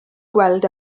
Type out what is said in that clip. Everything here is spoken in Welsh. gweld